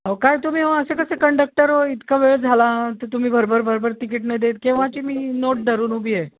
अहो काय तुम्ही हो असे कसे कंडक्टर हो इतका वेळ झाला तर तुम्ही भरभर भरभर तिकीट न देत केव्हाची मी नोट धरून उभी आहे